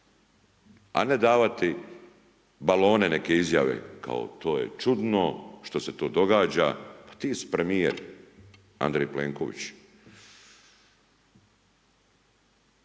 a ne davati balone neke izjave kao to je čudno što se to događa. Pa ti si premijer Andrej Plenković.